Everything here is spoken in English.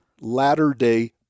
Latter-day